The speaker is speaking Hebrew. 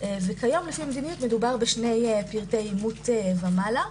וכיום לפי המדיניות מדובר בשני פרטי איומת ומעלה.